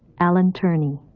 alan turney.